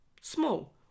small